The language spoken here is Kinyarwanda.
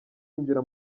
yinjira